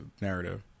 narrative